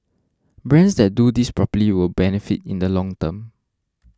brands that do this properly will benefit in the long term